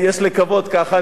יש לקוות ככה.